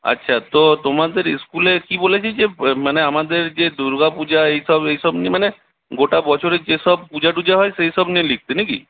আচ্ছা তো তোমাদের স্কুলে কি বলে দিয়েছে মানে আমাদের যে দুর্গাপূজা এইসব এইসব নিয়ে মানে গোটা বছরের যেসব পূজাটুজা হয় সেইসব নিয়ে লিখতে নাকি